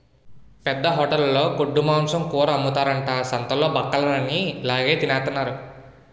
పెద్ద హోటలులో గొడ్డుమాంసం కూర అమ్ముతారట సంతాలలోన బక్కలన్ని ఇలాగె తినెత్తన్నారు